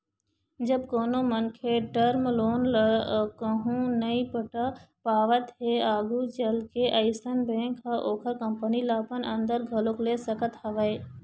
जब कोनो मनखे टर्म लोन ल कहूँ नइ पटा पावत हे आघू चलके अइसन बेंक ह ओखर कंपनी ल अपन अंदर घलोक ले सकत हवय